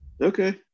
okay